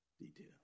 detail